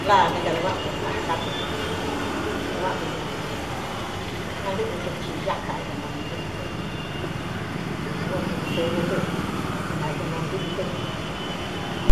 Láa ne kadaváꞌa tɨ tāká tɨ kadaváꞌa tɨ ñɨꞌɨ ña ntɨꞌɨ ñuchi ñáka é kanaɨ ntiꞌin tɨ nda koo kūꞌun ntɨvɨ tɨ inkakunuu ntiꞌi tɨ.